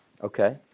Okay